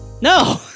No